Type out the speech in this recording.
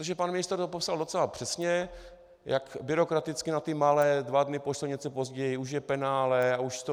Protože pan ministr to popsal docela přesně, jak byrokraticky na ty malé, o dva dny pošle něco později, už je penále a už to jde.